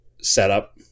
setup